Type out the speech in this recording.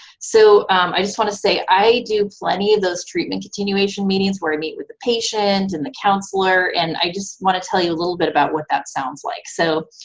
so i just want to say, i do plenty of those treatment continuation meetings where imeet with the patient and the counselor, and i just want to tell you a little bit about what that sounds like. so,